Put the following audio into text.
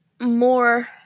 more